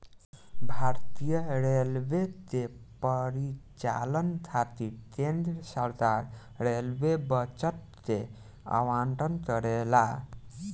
भारतीय रेलवे के परिचालन खातिर केंद्र सरकार रेलवे बजट के आवंटन करेला